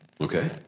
Okay